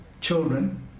children